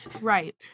Right